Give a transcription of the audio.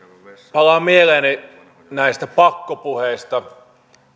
palaa mieleeni näistä pakkopuheista